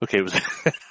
Okay